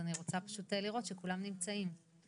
אני רוצה לראות שכולם נמצאים.